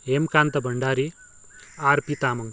Hemkant Bhandari R P Tamang